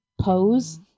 pose